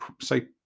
say